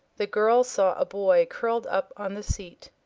the girl saw a boy curled up on the seat,